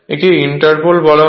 একে Interpol বলা হয়